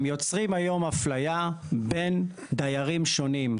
הם יוצרים היום אפליה בין דיירים שונים.